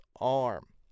arm